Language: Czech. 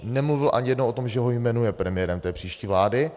Nemluvil ani jednou o tom, že ho jmenuje premiérem příští vlády.